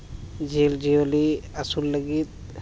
ᱡᱤᱵᱽᱼᱡᱤᱭᱟᱹᱞᱤ ᱟᱹᱥᱩᱞ ᱞᱟᱹᱜᱤᱫ